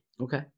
Okay